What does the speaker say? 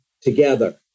together